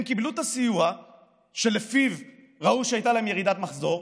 הם קיבלו את הסיוע שלפיו ראו שהייתה להם ירידה במחזור,